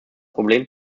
problem